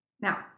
Now